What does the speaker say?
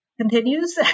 continues